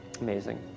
Amazing